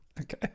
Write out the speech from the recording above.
Okay